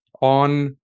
on